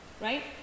right